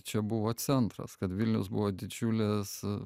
čia buvo centras kad vilnius buvo didžiulės